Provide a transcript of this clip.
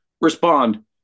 respond